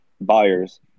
buyers